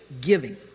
giving